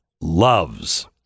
loves